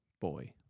boy